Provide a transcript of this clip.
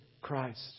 Christ